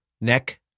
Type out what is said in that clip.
neck